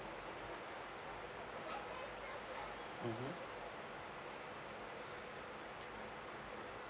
mmhmm